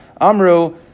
Amru